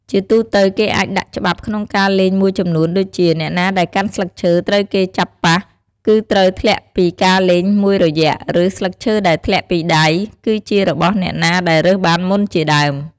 ជាទូទៅ គេអាចដាក់ច្បាប់ក្នុងការលេងមួយចំនួនដូចជា អ្នកណាដែលកាន់ស្លឹកឈើត្រូវគេចាប់ប៉ះ គឺត្រូវធ្លាក់ពីការលេងមួយរយៈ ឬ ស្លឹកឈើដែលធ្លាក់ពីដៃ គឺជារបស់អ្នកណាដែលរើសបានមុនជាដើម។